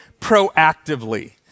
proactively